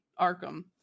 Arkham